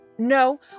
No